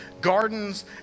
Gardens